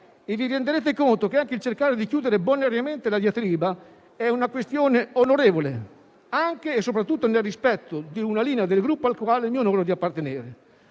e vi renderete conto che anche cercare di chiudere bonariamente la diatriba è una questione onorevole, anche e soprattutto nel rispetto di una linea del Gruppo al quale mi onoro di appartenere.